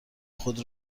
خود